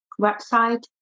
website